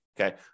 okay